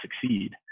succeed